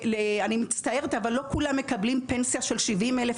אני מצטערת אבל לא כולם מקבלים פנסיה של 70 אלף